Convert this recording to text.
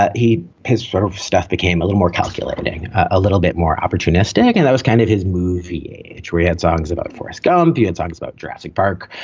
ah he his sort of stuff became a little more calculating, a little bit more opportunistic. and i was kind of his movie age. we had songs about forest gump, yeah and songs about jurassic park.